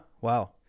wow